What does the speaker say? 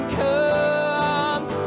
comes